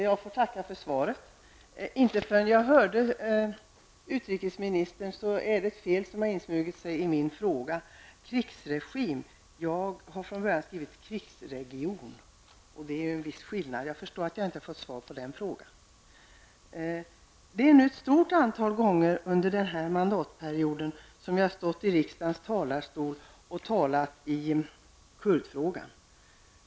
Herr talman! Jag tackar för svaret. Inte förrän jag hörde utrikesministerns svar upptäckte jag att ett fel har insmugit sig i min tredje fråga i interpellationen. Jag hade från början skrivit krigsregion. Men nu står det krigsregim i frågan, och det är ju en viss skillnad. Jag förstår att jag inte har fått nåtot svar på den frågan. Ett stort antal gånger under den här mandatperioden har jag stått i riksdagens talarstol och talat i kurdfrågan.